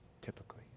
typically